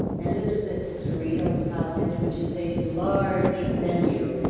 and this was at cerritos college, which is a large venue.